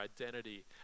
identity